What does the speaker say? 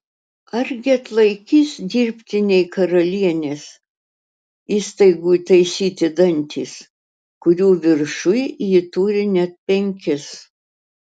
argi atlaikys dirbtiniai karalienės įstaigų įtaisyti dantys kurių viršuj ji turi net penkis